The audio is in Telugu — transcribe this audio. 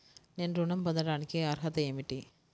నేను ఋణం పొందటానికి అర్హత ఏమిటి?